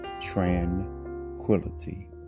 tranquility